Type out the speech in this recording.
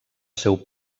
seu